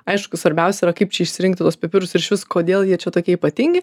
aišku svarbiausia yra kaip čia išsirinkti tuos pipirus ir išvis kodėl jie čia tokie ypatingi